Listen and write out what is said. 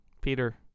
Peter